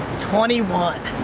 twenty one,